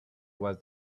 was